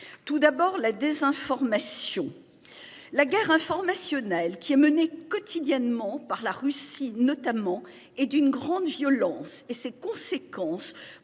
Tout d'abord la désinformation. La guerre informationnelle qui est mené quotidiennement par la Russie notamment et d'une grande violence et ses conséquences